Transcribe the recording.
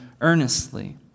earnestly